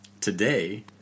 today